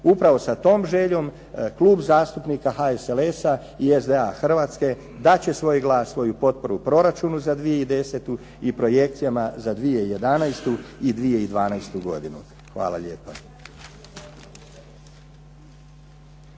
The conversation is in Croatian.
Upravo sa tom željom Klub zastupnika HSLS-a i SDA Hrvatske dat će svoj glas, svoju potporu proračunu za 2010. i projekcijama za 2011. i 2012. godinu. Hvala lijepa.